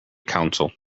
counsel